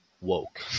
woke